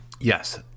Yes